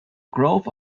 growth